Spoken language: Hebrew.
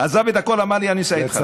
עזב את הכול, אמר לי: אני נוסע איתך.